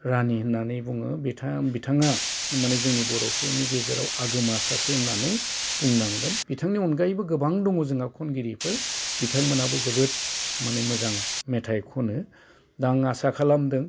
रानि होननानै बुङो बिथाङा बिथाङा माने जोंनि बर'फोरनि गेजेराव आगोमा सासे होननानै बुंनांगोन बिथांनि अनगायैबो गोबां दङ जोंहा खनगिरिफोर बिथांमोनाबो जोबोद माने मोजां मेथाइ खनो दा आं आसा खालामदों